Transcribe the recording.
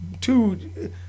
two